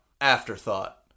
Afterthought